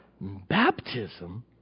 Baptism